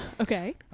Okay